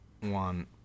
one